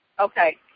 Okay